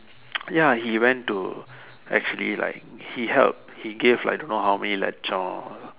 ya he went to actually like he helped he gave like don't know how many லட்சம்:latsam